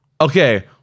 okay